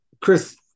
Chris